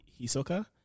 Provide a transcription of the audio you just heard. Hisoka